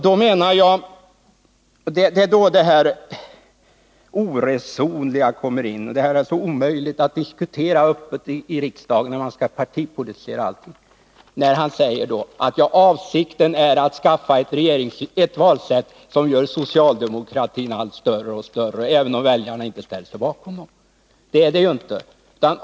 Det är då det här oresonliga kommerin, att det är så omöjligt att diskutera öppet i riksdagen — man skall partipolitisera allting. Bertil Fiskesjö säger att avsikten är att skaffa ett valsätt som gör socialdemokratin allt större och större, även om väljarna inte ställer sig bakom den. Så är det ju inte.